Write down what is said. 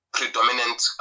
Predominant